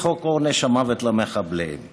את חוק עונש המוות למחבלים,